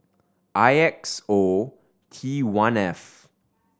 I X O T one F